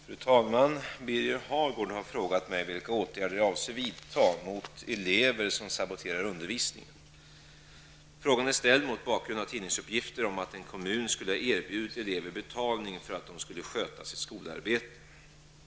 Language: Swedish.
Fru talman! Birger Hagård har frågat mig vilka åtgärder jag avser vidta mot elever som saboterar undervisningen. Frågan är ställd mot bakgrund av tidningsuppgifter om att en kommun skulle ha erbjudit elever betalning för att de skulle sköta sitt skolarbete.